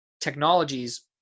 technologies